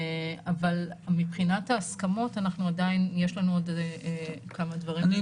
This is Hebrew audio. אבל מבחינת ההסכמות יש לנו עוד כמה דברים שאנחנו נצטרך לסגור.